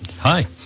Hi